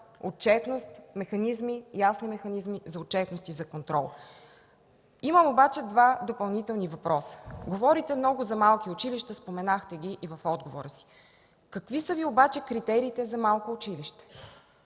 Ви подсказах – ясни механизми за отчетност и контрол. Имам обаче два допълнителни въпроса. Говорите много за малки училища. Споменахте ги и в отговора си. Какви са Ви обаче критериите за малко училище?